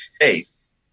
faith